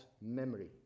memory